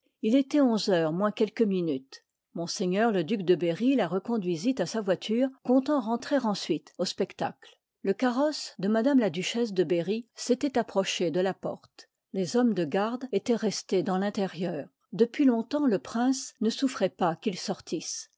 il étoit onze heures moins quelques minutes ms le duc de berry la reconduisit à sa voiture comptant rentrer ensuite au spectacle le carrosse de m la duchesse de berry s'étoit approché de la porte les hommes de garde étoient restés dans l'intérieur depuis long-temps le prince ne souffroit pas qu'ils sortissent